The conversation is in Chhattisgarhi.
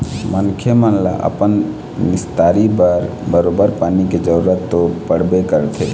मनखे मन ल अपन निस्तारी बर बरोबर पानी के जरुरत तो पड़बे करथे